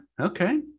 okay